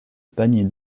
panier